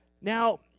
Now